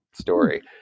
story